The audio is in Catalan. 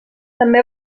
també